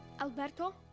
Alberto